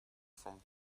from